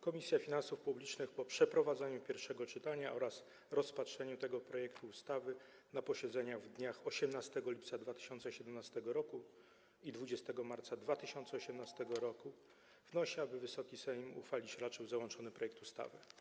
Komisja Finansów Publicznych po przeprowadzeniu pierwszego czytania oraz rozpatrzeniu tego projektu ustawy na posiedzeniach w dniach 18 lipca 2017 r. i 20 marca 2018 r. wnosi, aby Wysoki Sejm uchwalić raczył załączony projekt ustawy.